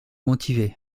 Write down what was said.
motivé